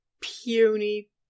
puny